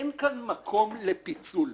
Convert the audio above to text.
אין כאן מקום לפיצול.